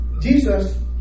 Jesus